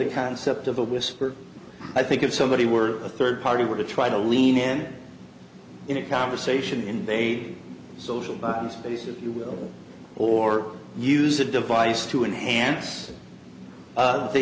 the concept of a whisper i think if somebody were a third party were to try to lean in in a conversation invade social button spaces you will or use a device to enhance the he